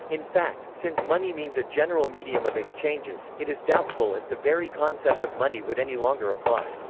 in fact, since money means a general medium of exchanges, it is doubtful if the very concept of money would any longer apply.